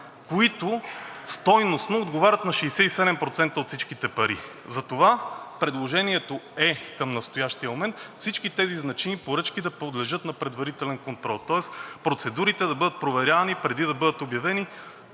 които стойностно отговарят на 67% от всичките пари. Затова предложението е към настоящия момент: всички тези значими поръчки да подлежат на предварителен контрол. Тоест процедурите да бъдат проверявани, преди да бъдат обявени,